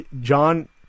John